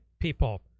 people